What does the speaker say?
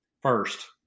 first